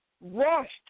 rushed